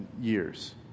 years